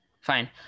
Fine